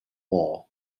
war